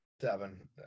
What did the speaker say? Seven